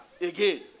again